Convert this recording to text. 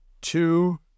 Two